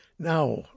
Now